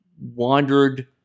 wandered